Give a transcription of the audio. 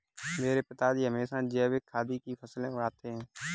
मेरे पिताजी हमेशा जैविक खेती की फसलें उगाते हैं